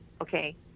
okay